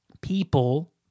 people